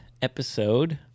episode 。